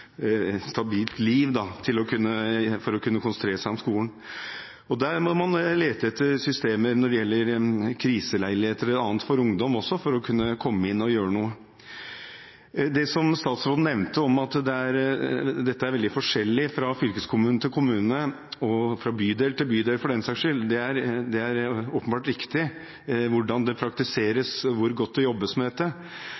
liv for å kunne konsentrere seg om skolen. Der må man lete etter systemer når det gjelder kriseleiligheter eller annet for ungdom, for å kunne komme inn og gjøre noe. Det som statsråden nevnte om at det er veldig forskjellig fra fylkeskommune til fylkeskommune – og fra bydel til bydel, for den saks skyld – hvordan dette praktiseres, og hvor godt det jobbes med dette, er åpenbart riktig, men noe er felles. Jeg har sett på en rapport som fortalte om dette